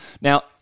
Now